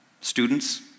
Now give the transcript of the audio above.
Students